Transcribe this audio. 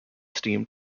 steam